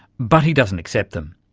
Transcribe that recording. but he doesn't accept them.